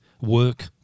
work